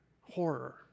horror